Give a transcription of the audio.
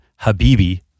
Habibi